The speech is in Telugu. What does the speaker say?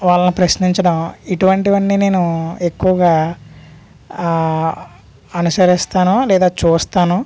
వాళ్ళను ప్రశ్నించడం ఇటువంటివన్నీ నేను ఎక్కువగా ఆ అనుసరిస్తాను లేదా చూస్తాను